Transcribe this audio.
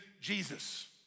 Jesus